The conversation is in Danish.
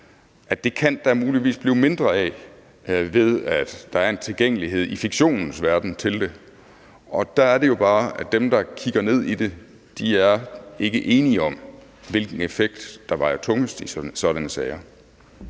at der muligvis kan blive mindre af det, ved at det er tilgængeligt i fiktionens verden. Og der er det jo bare, at dem, der kigger ned i det, ikke er enige om, hvilken effekt der vejer tungest i sådanne sager.